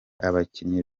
abakinnyi